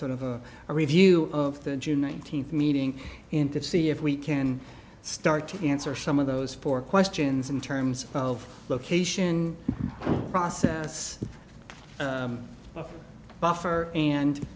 sort of a review of the june nineteenth meeting in to see if we can start to answer some of those four questions in terms of location process well buffer and